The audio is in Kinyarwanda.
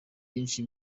byinshi